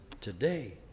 today